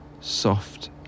soft